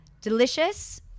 Delicious